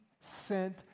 sent